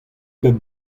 bep